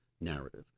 narrative